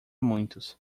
muitos